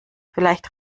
vielleicht